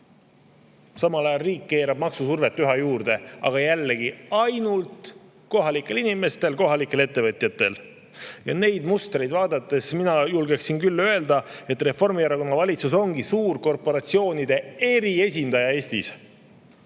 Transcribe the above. Samal ajal keerab riik maksusurvet üha juurde, aga jällegi, ainult kohalikel inimestel, kohalikel ettevõtjatel. Neid mustreid vaadates ma julgeksin küll öelda, et Reformierakonna valitsus ongi suurkorporatsioonide eriesindaja Eestis,